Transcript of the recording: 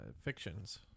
fictions